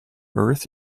earth